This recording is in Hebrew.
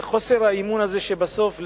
וחוסר האמון הזה שבסוף,